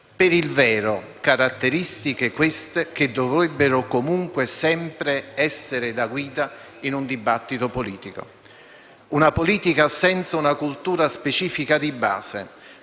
per il vero caratteristiche queste che dovrebbero comunque sempre essere la guida in un dibattito politico. Una politica senza una cultura specifica di base,